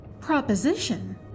Proposition